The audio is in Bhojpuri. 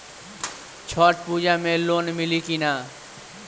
छठ पूजा मे लोन मिली की ना?